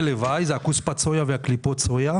לוואי שזה הכוספת סויה וקליפות הסויה.